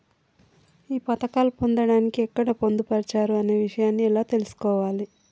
ఈ పథకాలు పొందడానికి ఎక్కడ పొందుపరిచారు అనే విషయాన్ని ఎలా తెలుసుకోవాలి?